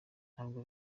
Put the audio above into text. ntabwo